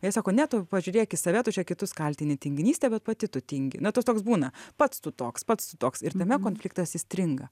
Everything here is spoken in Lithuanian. jie sako ne tu pažiūrėk į save tu čia kitus kaltinti tinginyste bet pati tu tingi na tas toks būna pats tu toks pats tu toks ir tame konfliktas įstringa